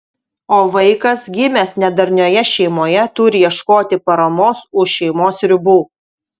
o vaikas gimęs nedarnioje šeimoje turi ieškoti paramos už šeimos ribų